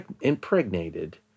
impregnated